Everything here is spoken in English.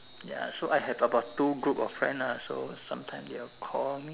ya so I have about two group of friends ah so sometimes they will call me